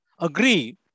agree